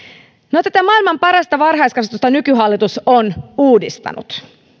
no tätä maailman parasta varhaiskasvatusta nykyhallitus on uudistanut